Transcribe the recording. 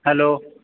hello